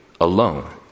alone